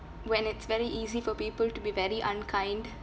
when it's very easy for people to be very unkind